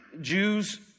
Jews